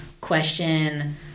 question